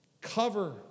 Cover